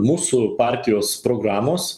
mūsų partijos programos